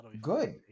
good